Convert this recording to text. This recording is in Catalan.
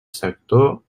sector